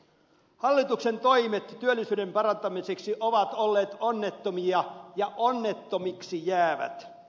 hallituksen toimet työllisyyden parantamiseksi ovat olleet onnettomia ja onnettomiksi jäävät